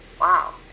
wow